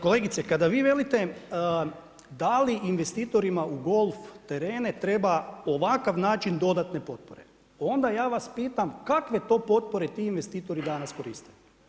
Kolegice kada vi velite da li investitorima u golf terene treba ovakav način dodatne potpore, onda ja vas pitam kakve to potpore ti investitori danas koriste.